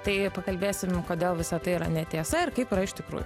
tai pakalbėsim kodėl visa tai yra netiesa ir kaip yra iš tikrųjų